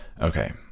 Okay